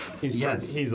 Yes